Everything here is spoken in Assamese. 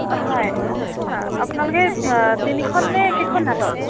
অঁ হয় আপোনালোকে তিনিখন নে কেইখন নাটক